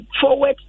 forward